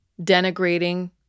denigrating